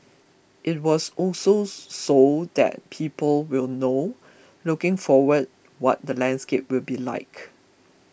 it was also so that people will know looking forward what the landscape will be like